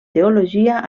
teologia